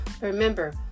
Remember